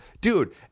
dude